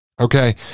Okay